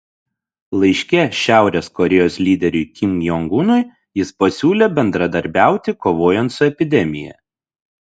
laiške šiaurės korėjos lyderiui kim jong unui jis pasiūlė bendradarbiauti kovojant su epidemija